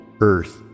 earth